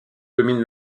domine